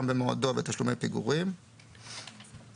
במועדו ותשלומי פיגורים במסלול גבייה אזרחי".